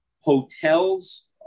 hotels